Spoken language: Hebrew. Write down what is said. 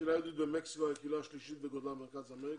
הקהילה היהודית במקסיקו היא הקהילה השלישית בגודלה במרכז אמריקה,